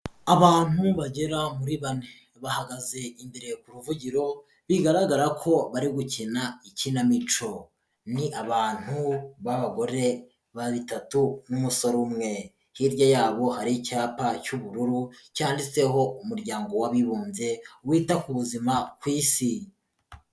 Abantu bagera muri bane bahagaze imbere ku ruvugiro bigaragara ko bari gukina ikinamico, n'abantu b'abagore batatu n'umusore umwe, hirya yabo hari icyapa cy'ubururu cyanditseho umuryango w'abibumbye wita ku buzima ku Isi.